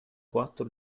quattro